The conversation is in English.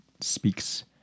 speaks